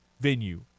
venue